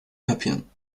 kapieren